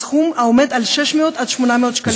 בסכום העומד על 600 800 שקלים.